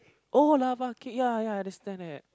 oh lah !wah! I understand that